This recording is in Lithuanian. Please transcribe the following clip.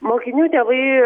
mokinių tėvai